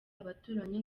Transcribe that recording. abaturanyi